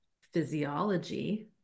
physiology